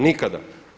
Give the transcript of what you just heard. Nikada.